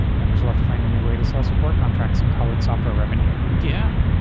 vendors will to find a new way to sell support contracts and call it software revenue. yeah.